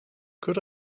could